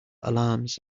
alarms